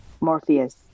Morpheus